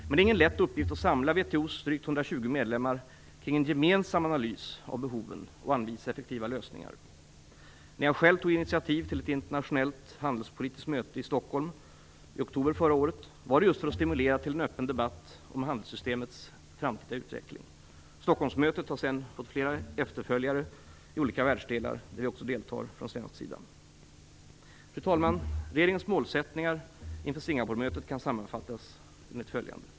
Men det är ingen lätt uppgift att samla WTO:s drygt 120 medlemmar kring en gemensam analys av behoven, och anvisa effektiva lösningar. När jag själv tog initiativ till ett internationellt handelspolitiskt möte i Stockholm i oktober förra året var det just för att stimulera till en öppen debatt om handelssystemets framtida utveckling. Stockholmsmötet har sedan fått flera efterföljare i olika världsdelar, där vi också deltar från svensk sida. Fru talman! Regeringens målsättningar inför Singaporemötet kan sammanfattas enligt följande.